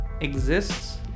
exists